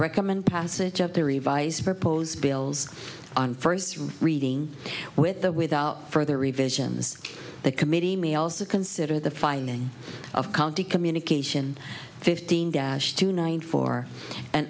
recommend passage of the revised proposed bills on first reading with the without further revisions the committee may also consider the filing of county communication fifteen dash two nine four and